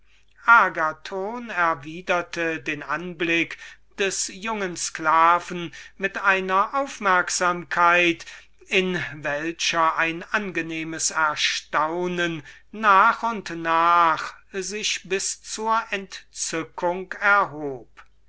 den anblick dieses jungen sklaven mit einer aufmerksamkeit in welcher ein angenehmes erstaunen nach und nach sich bis zur entzückung erhob